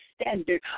standard